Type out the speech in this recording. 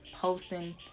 posting